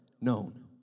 known